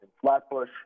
Flatbush